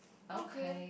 okay